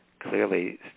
Clearly